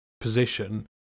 position